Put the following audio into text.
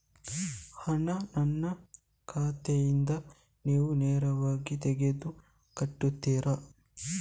ಹಣ ನನ್ನ ಖಾತೆಯಿಂದ ನೀವು ನೇರವಾಗಿ ತೆಗೆದು ಕಟ್ಟುತ್ತೀರ?